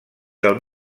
del